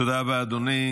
תודה רבה, אדוני.